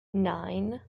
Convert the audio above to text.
nine